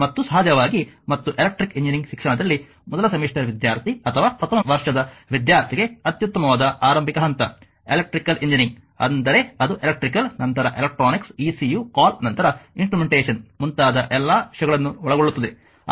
ಮತ್ತು ಸಹಜವಾಗಿ ಮತ್ತು ಎಲೆಕ್ಟ್ರಿಕಲ್ ಎಂಜಿನಿಯರಿಂಗ್ ಶಿಕ್ಷಣದಲ್ಲಿ ಮೊದಲ ಸೆಮಿಸ್ಟರ್ ವಿದ್ಯಾರ್ಥಿ ಅಥವಾ ಪ್ರಥಮ ವರ್ಷದ ವಿದ್ಯಾರ್ಥಿಗೆ ಅತ್ಯುತ್ತಮವಾದ ಆರಂಭಿಕ ಹಂತ ಎಲೆಕ್ಟ್ರಿಕಲ್ ಎಂಜಿನಿಯರಿಂಗ್ ಎಂದರೆ ಅದು ಎಲೆಕ್ಟ್ರಿಕಲ್ ನಂತರ ಎಲೆಕ್ಟ್ರಾನಿಕ್ಸ್ ಇಸಿಯು ಕಾಲ್ ನಂತರ ಇನ್ಸ್ಟ್ರುಮೆಂಟೇಶನ್ ಮುಂತಾದ ಎಲ್ಲ ವಿಷಯಗಳನ್ನು ಒಳಗೊಳ್ಳುತ್ತದೆ